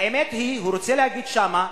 האמת היא שהוא רוצה להגיד שם: